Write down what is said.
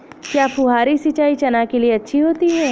क्या फुहारी सिंचाई चना के लिए अच्छी होती है?